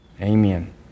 Amen